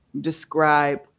describe